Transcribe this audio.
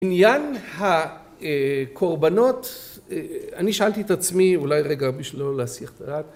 עניין הקורבנות, אני שאלתי את עצמי, אולי רגע בשביל לא להסיח את הדעת